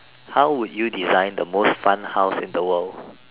how would you design the most fun house in the world